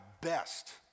best